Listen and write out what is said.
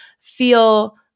feel